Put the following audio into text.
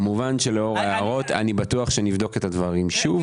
כמובן שלאור ההערות נבדוק את הדברים שוב.